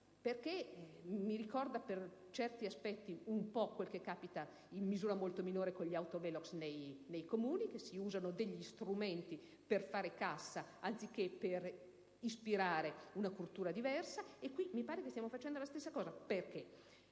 che ricorda per certi aspetti un po' quel che capita, in misura molto minore, con gli autovelox nei comuni. Si usano cioè degli strumenti per fare cassa, anziché per ispirare una cultura diversa. Qui mi pare che stiamo facendo la stessa cosa. Perché?